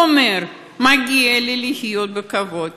הוא אומר: מגיע לי לחיות בכבוד.